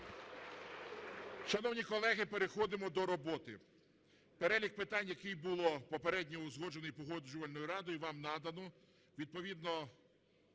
Шановні колеги, переходимо до роботи. Перелік питань, який був попередньо узгоджений Погоджувальною радою, вам надано.